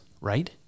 right